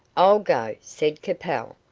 i'll go, said capel,